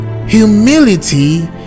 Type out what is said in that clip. humility